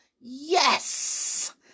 Yes